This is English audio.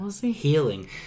healing